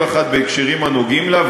כל אחת בהקשרים הנוגעים לה,